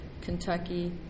Kentucky